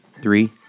Three